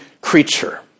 creature